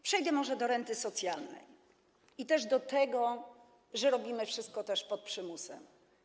Przejdę może do renty socjalnej i do tego, że robimy wszystko pod przymusem.